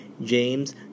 James